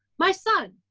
my son,